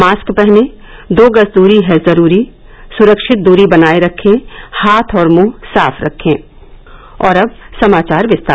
mask पहनें दो गज दूरी है जरूरी सुरक्षित दूरी बनाये रखें हाथ और मुंह साफ रखे और अब समाचार विस्तार से